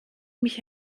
mich